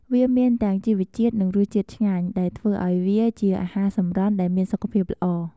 វាមានទាំងជីវជាតិ និងរសជាតិឆ្ងាញ់ ដែលធ្វើឱ្យវាជាអាហារសម្រន់ដែលមានសុខភាពល្អ ។